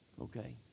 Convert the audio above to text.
Okay